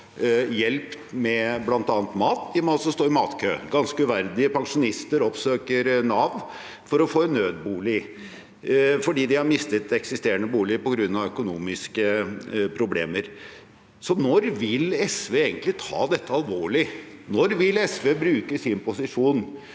hjelp med bl.a. mat. De må altså stå i matkø – ganske uverdig. Pensjonister oppsøker Nav for å få en nødbolig fordi de har mistet eksisterende bolig på grunn av økonomiske problemer. Når vil SV egentlig ta dette alvorlig? Når vil SV bruke sin posisjon